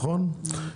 נכון?